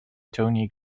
tony